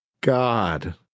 god